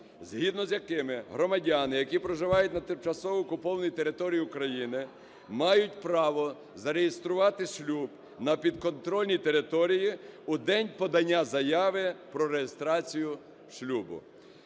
згідно з якими громадяни, які проживають на тимчасово окупованій території України, мають право зареєструвати шлюб на підконтрольній території у день подання заяви про реєстрацію шлюбу.